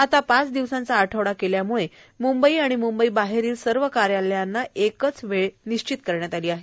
आता पाच दिवसाचा आठवडा केल्याम्ळे म्ंबई आणि म्ंबई बाहेरील सर्व कार्यालयाना एकच वेळ निश्चित करण्यात आली आहे